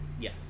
yes